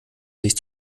sich